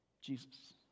Jesus